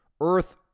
earth